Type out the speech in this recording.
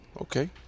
okay